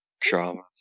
Dramas